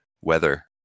weather